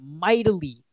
mightily